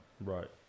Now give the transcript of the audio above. Right